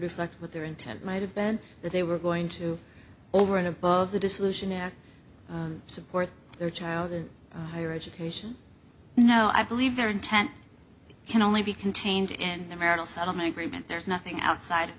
reflect what their intent might have been that they were going to over and above the dissolution at support their child in higher education now i believe their intent can only be contained in the marital settlement agreement there is nothing outside of